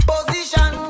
Position